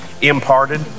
imparted